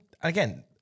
again